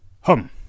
Hum